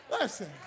Listen